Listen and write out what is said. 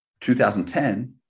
2010